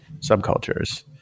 subcultures